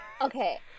Okay